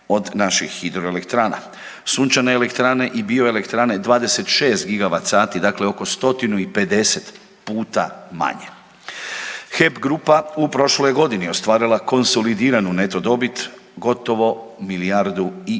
od naših hidroelektrana. Sunčane elektrane i bioelektrane 26 gigavat sati dakle oko 150 puta manje. HEP grupa u prošloj je godini ostvarila konsolidiranu neto dobit gotovo milijardu i